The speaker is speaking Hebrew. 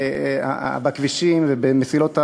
בכבישים ובמסילות הברזל,